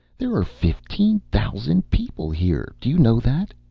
there are fifteen thousand people here, do you know that?